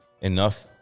Enough